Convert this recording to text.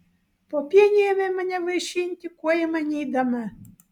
popienė ėmė mane vaišinti kuo įmanydama